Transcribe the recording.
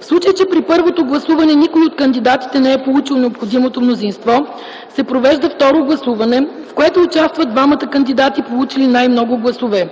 В случай, че при първото гласуване никой от кандидатите не е получил необходимото мнозинство, се провежда второ гласуване, в което участват двамата кандидати, получили най-много гласове.